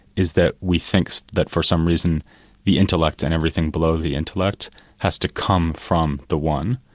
is that we think that for some reason the intellect and everything below the intellect has to come from the one,